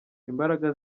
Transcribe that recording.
imbaraga